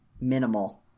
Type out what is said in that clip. Minimal